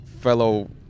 fellow